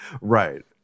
right